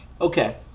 Okay